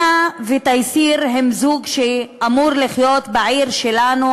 לאנה ותייסיר הם זוג שאמור לחיות בעיר שלנו,